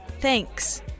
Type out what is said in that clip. Thanks